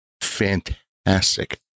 fantastic